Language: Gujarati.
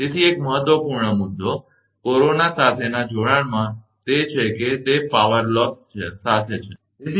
તેથી એક મહત્વપૂર્ણ મુદ્દો કોરોના સાથેના જોડાણમાં તે છે કે તે પાવર લોસ સાથે છે આ તમે જાણો છો કે ત્યાં પાવર લોસ હશે ખરુ ને